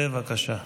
בבקשה.